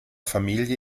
familie